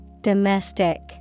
Domestic